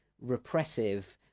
repressive